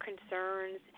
concerns